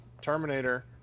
terminator